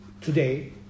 today